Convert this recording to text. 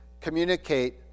communicate